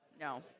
no